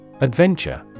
Adventure